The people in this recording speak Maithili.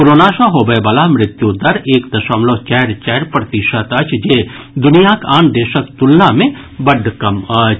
कोरोना सॅ होबय वला मृत्यु दर एक दशमलव चारि चारि प्रतिशत अछि जे दुनियाक आन देशक तुलना मे बड्ड कम अछि